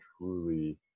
truly